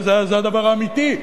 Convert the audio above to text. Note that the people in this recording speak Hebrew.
זה הדבר האמיתי.